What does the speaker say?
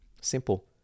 Simple